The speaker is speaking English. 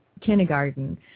kindergarten